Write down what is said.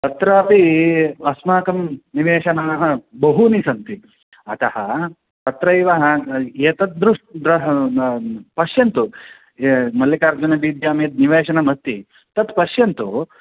तत्रापि अस्माकं निवेशनाः बहूनि सन्ति अतः तत्रैव एतद् दृश् द्र पश्यन्तु ये मल्लिकार्जनविद्यां यद् निवेशनमस्ति तत् पश्यन्तु